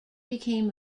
became